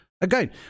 Again